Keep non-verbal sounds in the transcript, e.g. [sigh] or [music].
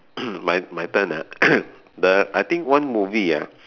[coughs] my my turn ah [coughs] the I think one movie ah